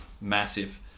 massive